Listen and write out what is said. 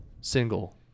single